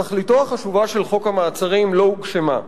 תכליתו החשובה של חוק המעצרים לא הוגשמה.